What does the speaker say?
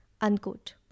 Unquote